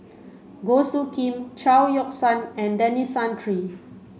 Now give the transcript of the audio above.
Goh Soo Khim Chao Yoke San and Denis Santry